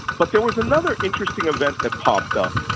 but there was another interesting event that popped up.